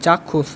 চাক্ষুষ